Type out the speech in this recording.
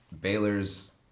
Baylor's